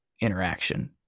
interaction